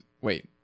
wait